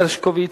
הרשקוביץ.